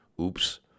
Oops